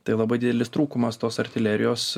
tai labai didelis trūkumas tos artilerijos